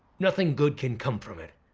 nothing good can come from it.